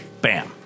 Bam